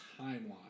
timeline